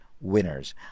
winners